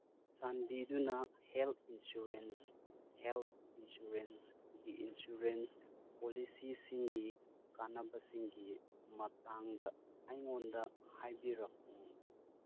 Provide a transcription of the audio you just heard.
ꯆꯥꯟꯕꯤꯗꯨꯅ health insurance health ꯏꯟꯁꯨꯔꯦꯟꯁꯒꯤ insurance ꯄꯣꯂꯤꯁꯤꯁꯤꯡꯒꯤ ꯀꯥꯟꯅꯕꯁꯤꯡꯒꯤ ꯃꯇꯥꯡꯗ ꯑꯩꯉꯣꯟꯗ ꯍꯥꯏꯕꯤꯔꯛꯎ